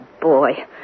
boy